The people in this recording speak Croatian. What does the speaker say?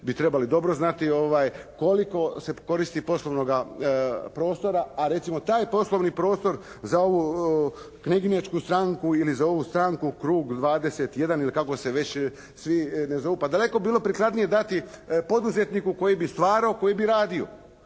bi trebali dobro znati, koliko se koristi poslovnoga prostora, a recimo taj poslovni prostor za ovu kneginjačku stranku ili za ovu stranku krug 21 ili kako se već svi ne zovu, pa daleko bi bilo prikladnije dati poduzetniku koji bi stvarao, koji bi radio,